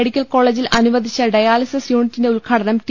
medical കോളേജിൽ അനുവദിച്ച dialysis യൂണിറ്റിന്റെ ഉദ് ഘാടനം ടി